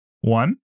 one